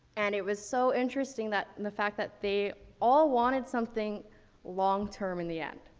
and it was so interesting that, the fact that they all wanted something long-term in the end.